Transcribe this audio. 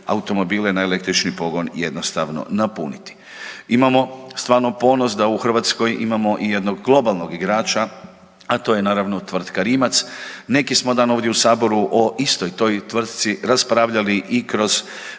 automobile na električni pogon jednostavno napuniti. Imamo stvarno ponos da u Hrvatskoj imamo jednog globalnog igrača, a to je naravno tvrtka Rimac, neki smo dan ovdje u saboru o istoj toj tvrtci raspravljali i kroz